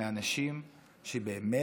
של אנשים שבאמת